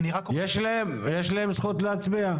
יש להם זכות להצביע?